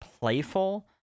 playful